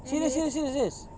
serious serious serious serious